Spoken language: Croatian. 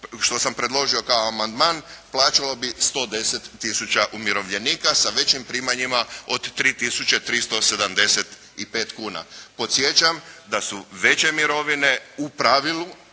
što sam predložio kao amandman plaćalo bi 110 tisuća umirovljenika sa većim primanjima od 3 tisuće 375 kuna. Podsjećam da su veće mirovine u pravilu